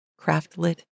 craftlit